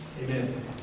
Amen